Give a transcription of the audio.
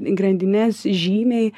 grandines žymiai